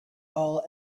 all